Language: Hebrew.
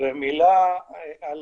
ומילה על